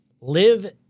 Live